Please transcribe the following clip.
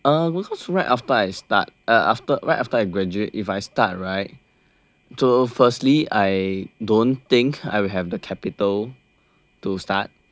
uh right after I start uh after right after I graduate if I start right so firstly I don't think I will have the capital to start